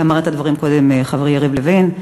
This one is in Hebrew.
ואמר את הדברים קודם חברי יריב לוין.